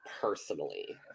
personally